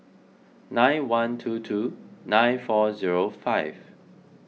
nine one two two nine four zero five